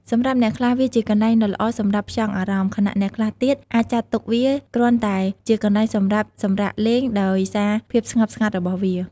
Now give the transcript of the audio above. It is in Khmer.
សម្រាប់អ្នកខ្លះ វាជាកន្លែងដ៏ល្អសម្រាប់ ផ្ចង់អារម្មណ៍ ខណៈអ្នកខ្លះទៀតអាចចាត់ទុកវាគ្រាន់តែជាកន្លែងសម្រាប់ សម្រាកលេង ដោយសារភាពស្ងប់ស្ងាត់របស់វា។